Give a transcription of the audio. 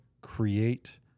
create